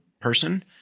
person